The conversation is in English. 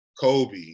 Kobe